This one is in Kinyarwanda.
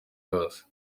yose